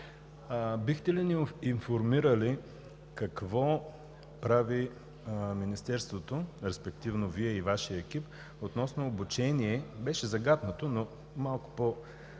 бихте ли ни информирали какво прави Министерството, респективно Вие и Вашият екип, относно обучението – беше загатнато, но малко по-конкретно